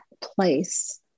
place